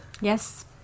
Yes